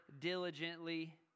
diligently